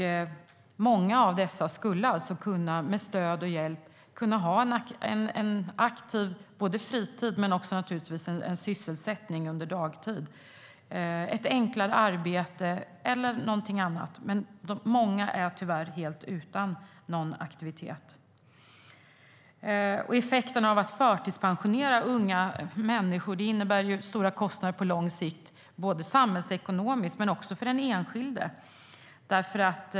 Många av dessa skulle alltså med stöd och hjälp kunna ha både en aktiv fritid och naturligtvis också sysselsättning under dagtid - ett enklare arbete eller någonting annat. Men många är tyvärr helt utan någon aktivitet. Att förtidspensionera unga människor innebär stora kostnader på lång sikt både samhällsekonomiskt och för den enskilde.